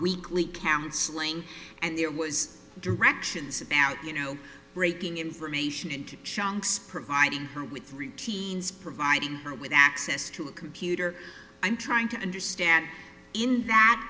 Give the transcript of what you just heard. weekly counseling and there was directions about you know breaking information into chunks providing her with three teens providing her with access to a computer i'm trying to understand in that